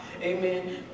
Amen